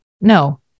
no